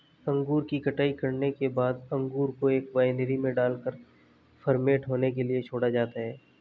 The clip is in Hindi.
अंगूर की कटाई करने के बाद अंगूर को एक वायनरी में डालकर फर्मेंट होने के लिए छोड़ा जाता है